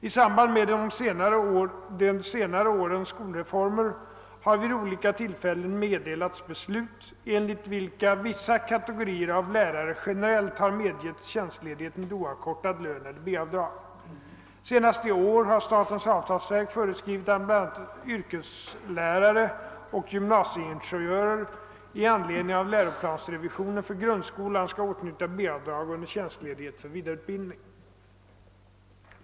I samband med de senare årens skolreformer har vid olika tillfällen meddelats beslut, enligt vilka vissa kategorier av lärare generellt har medgetts tjänstledighet med oavkortad lön eller B-avdrag. Senast i år har statens avtalsverk föreskrivit att bl.a. yrkeslärare och gymnasieingenjörer i anledning av läroplansrevisionen för grundskolan skall åtnjuta B-avdrag under tjänstledighet för vidareutbildning.